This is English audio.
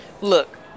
Look